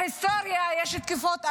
בהיסטוריה יש תקופות אפלות,